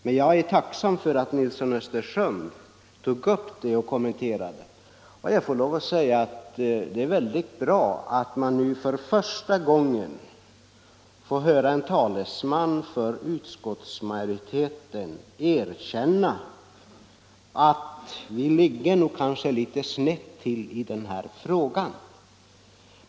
Men jag är tacksam för att herr Nilsson i Östersund kommenterade det. Det är väldigt bra att vi nu för första gången får höra en talesman för utskottsmajoriteten erkänna att ”vi nog ligger litet snett till i denna fråga”.